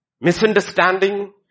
misunderstanding